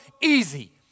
easy